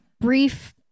brief